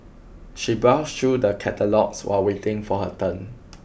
she browsed through the catalogues while waiting for her turn